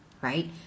right